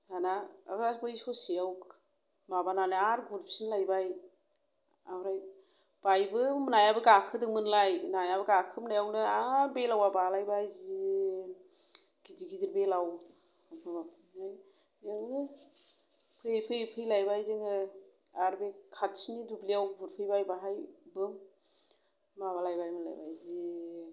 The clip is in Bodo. दाना आर बै ससेयाव माबानानै आरो गुरफिनलायबाय ओमफ्राय बायबो नाया गाखोदोंमोनलाय नायाबो गाखोमनायावनो आरो बेलावा बालायबाय जि गिदिर गिदिर बेलाव फैयै फैयै फैलायबाय जोङो आरो बे खाथिनि दुब्लियाव गुरफैबाय बाहायबो माबालायबाय मोनलायबाय जि